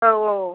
औ औ औ